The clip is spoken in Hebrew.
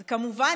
כמובן,